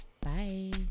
Bye